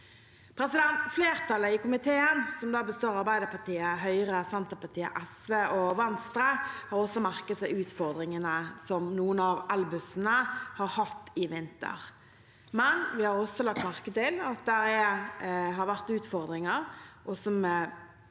Flertallet i komiteen, som består av Arbeiderpartiet, Høyre, Senterpartiet, SV og Venstre, har merket seg utfordringene som noen av elbussene har hatt i vinter, men vi har også lagt merke til at det har vært utfordringer med